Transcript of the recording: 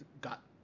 got